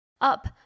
up